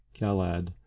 Galad